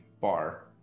bar